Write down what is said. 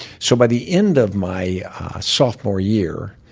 so by the end of my sophomore year,